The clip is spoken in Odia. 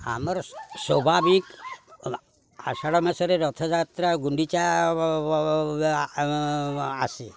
ଆମର ସୌଭାବିକ ଆଷଡ଼ ମାସରେ ରଥଯାତ୍ରା ଗୁଣ୍ଡିଚା ଆସେ